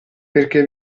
perché